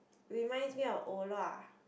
reminds me of orh luak